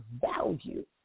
value